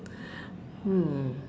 hmm